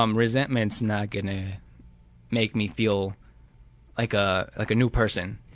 um resentment's not gunna make me feel like ah like a new person,